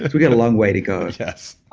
but we got a long way to go yes